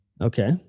Okay